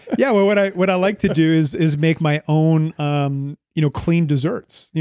yeah, well what i what i like to do is is make my own um you know clean desserts.